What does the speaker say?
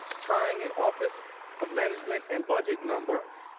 trying in office of management and budget number.